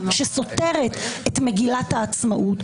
שסותרת את מגילת העצמאות,